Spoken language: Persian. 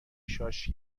شاش